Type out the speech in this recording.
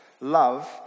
love